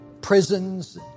prisons